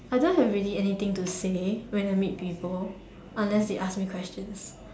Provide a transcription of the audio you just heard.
I don't have really anything to say when I meet people unless they ask me questions